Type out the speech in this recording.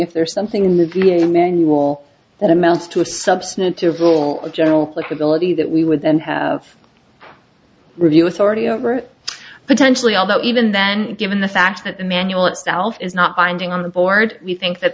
if there is something in the v a manual that amounts to a substantive rule of general flexibility that we would then have review authority over potentially although even then given the fact that the manual itself is not binding on the board we think that